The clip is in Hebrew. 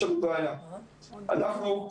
אנחנו,